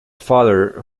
father